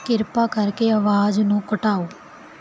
ਕਿਰਪਾ ਕਰਕੇ ਆਵਾਜ਼ ਨੂੰ ਘਟਾਓ